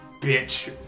bitch